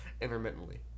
Intermittently